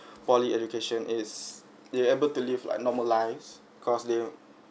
poly education is they able to live like normal lives cause they'll